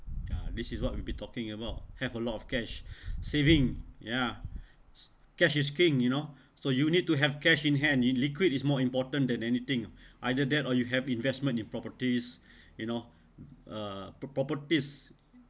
ya this is what we've been talking about have a lot of cash saving ya cash is king you know so you need to have cash in hand in liquid is more important than anything either that or you have investment in properties you know uh properties